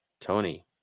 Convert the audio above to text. Tony